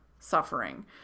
suffering